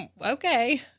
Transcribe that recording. okay